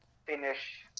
finish